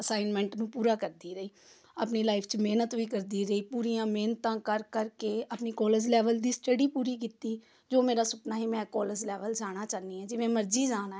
assignment ਨੂੰ ਪੂਰਾ ਕਰਦੀ ਰਹੀ ਆਪਣੀ ਲਾਈਫ 'ਚ ਮਿਹਨਤ ਵੀ ਕਰਦੀ ਰਹੀ ਪੂਰੀਆਂ ਮਿਹਨਤਾਂ ਕਰ ਕਰ ਕੇ ਆਪਣੇ ਕੋਲਜ ਲੈਵਲ ਦੀ ਸਟੱਡੀ ਪੂਰੀ ਕੀਤੀ ਜੋ ਮੇਰਾ ਸੁਪਨਾ ਸੀ ਮੈਂ ਕੋਲਜ ਲੈਵਲ ਜਾਣਾ ਚਾਹੁੰਦੀ ਹਾਂ ਜਿਵੇਂ ਮਰਜ਼ੀ ਜਾਣਾ